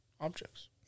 objects